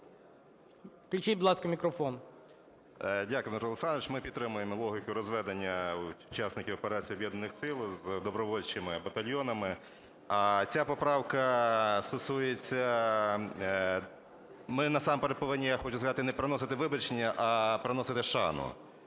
Включіть, будь ласка, мікрофон. 11:25:37 БАТЕНКО Т.І. Дякую, Дмитро Олександрович. Ми підтримуємо логіку розведення учасників операції Об'єднаних сил з добровольчими батальйонами. Ця поправка стосується… Ми насамперед повинні, я хочу сказати, не приносити вибачення, а приносити шану,